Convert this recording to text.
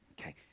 okay